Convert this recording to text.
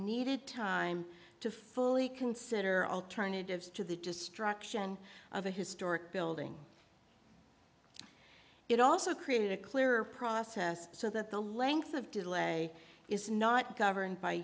needed time to fully consider alternatives to the destruction of a historic building it also created a clearer process so that the length of delay is not governed by